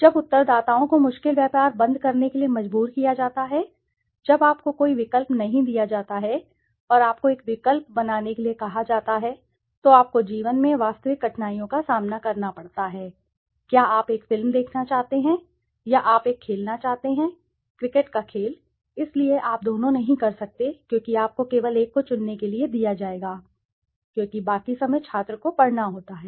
जब उत्तरदाताओं को मुश्किल व्यापार बंद करने के लिए मजबूर किया जाता है जब आपको कोई विकल्प नहीं दिया जाता है और आपको एक विकल्प बनाने के लिए कहा जाता है तो आपको जीवन में वास्तविक कठिनाइयों का सामना करना पड़ता है क्या आप एक फिल्म देखना चाहते हैं या आप एक खेलना चाहते हैं क्रिकेट का खेल इसलिए आप दोनों नहीं कर सकते क्योंकि आपको केवल एक को चुनने के लिए दिया जाएगा क्योंकि बाकी समय छात्र को पढ़ना होता है